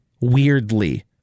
weirdly